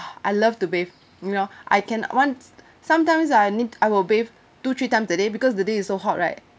I love to bathe you know I can once sometimes I need I will bathe two three times a day because the day is so hot right